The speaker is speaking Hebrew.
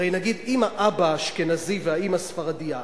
הרי נגיד אם האבא אשכנזי והאמא ספרדייה,